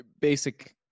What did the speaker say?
Basic